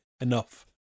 enough